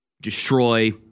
destroy